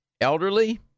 elderly